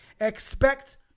Expect